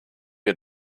wir